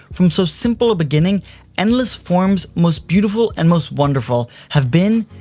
from so simple a beginning endless forms most beautiful and most wonderful have been,